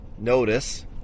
notice